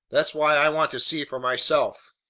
that's why i want to see for myself.